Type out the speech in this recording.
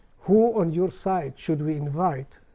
who on your side should we invite?